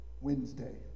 Wednesday